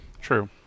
True